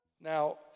Now